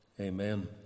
Amen